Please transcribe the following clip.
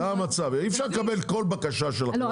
זה המצב, אי אפשר לקבל כל בקשה שלכם, רבותיי.